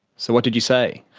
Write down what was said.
so what did you say?